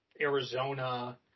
Arizona